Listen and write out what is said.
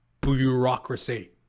bureaucracy